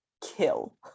kill